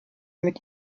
mit